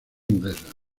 inglesa